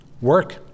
work